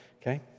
okay